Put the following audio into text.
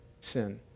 sin